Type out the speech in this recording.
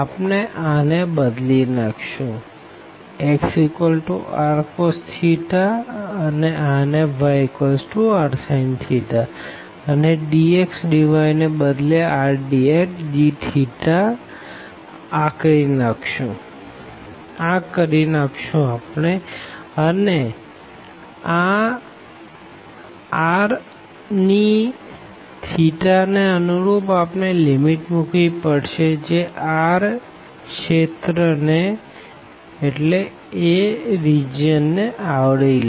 આપણે આને બદલી નાખશું xrcos અને આને yrsin અને dx dy ને બદલી ને rdrdθ આકરી નાખશું અને r in ને કરસપોનડીંગ આપણે લીમીટ મુકવી પડશે જે R રિજિયન ને આવરી લે